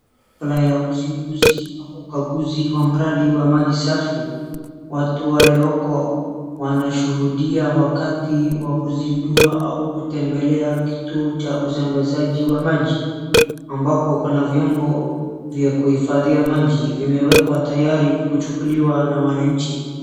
Hafla ya uzinduzi au ukanguzi wa mradi wa maji safi. Watu walioko wanashuhudia wakati wa kuzindua au kutembelea kituo cha usambazaji wa maji ambako kuna vyombo vya kuhifadhia maji vimewekwa tayari kuchukuliwa na wananchi.